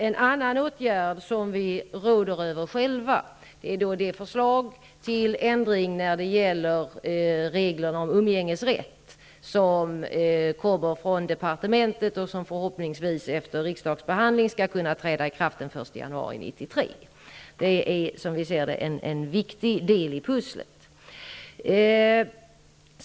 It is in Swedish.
En annan åtgärd som vi råder över själva är det förslag till ändring av reglerna om umgängesrätt som kommer från departementet och som förhoppningsvis efter riksdagsbehandling skall kunna träda i kraft den 1 januari 1993. Detta är som vi ser det en viktig del i pusslet.